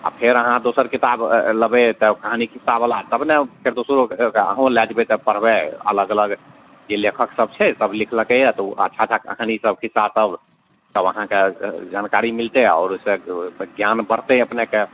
आओर फेर अहाँ दोसर किताब लेबय तऽ कहानी खिस्सावला तब ने फेर दोसरो अहूँ लए जेबय तऽ पढ़बय अलग अलग जे लेखक सब छै सब लिखलकइए तऽ ओ अच्छा अच्छा कहानी सब खिस्सा सब अहाँके जानकारी मिलतय आओर ओइसँ ज्ञान बढ़तय अपनेके